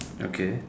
okay